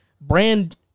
brand